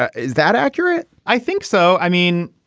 ah is that accurate? i think so i mean,